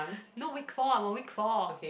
no week four I'm on week four